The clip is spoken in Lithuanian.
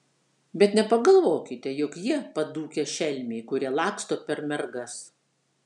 bet nepagalvokite jog jie padūkę šelmiai kurie laksto per mergas